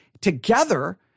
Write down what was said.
together